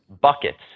buckets